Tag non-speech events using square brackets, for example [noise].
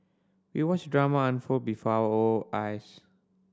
we watched drama unfold before our [unintelligible] eyes